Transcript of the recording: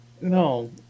No